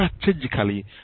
strategically